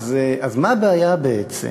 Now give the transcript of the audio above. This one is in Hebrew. אז מה הבעיה בעצם?